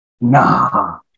nah